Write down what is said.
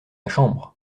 chambre